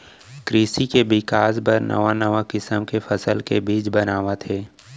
कृसि के बिकास बर नवा नवा किसम के फसल के बीज बनावत हें